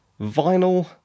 vinyl